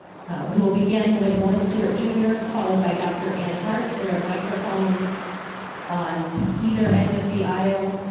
we will begin with warren stewart junior followed by dr. anne hart. there are microphones on either end of the aisle.